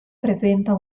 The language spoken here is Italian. presenta